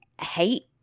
hate